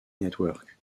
network